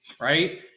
right